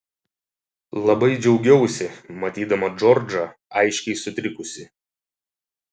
labai džiaugiausi matydama džordžą aiškiai sutrikusį